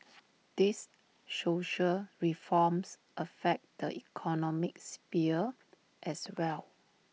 these social reforms affect the economic sphere as well